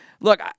look